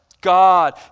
God